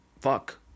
Fuck